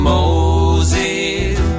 Moses